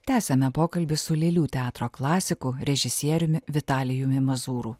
tęsiame pokalbį su lėlių teatro klasiku režisieriumi vitalijumi mazūru